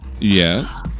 Yes